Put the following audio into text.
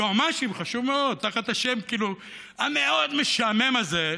יועמ"שים חשוב מאוד, תחת השם המאוד-משעמם הזה,